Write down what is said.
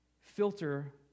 filter